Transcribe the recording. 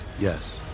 yes